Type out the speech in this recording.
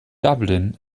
dublin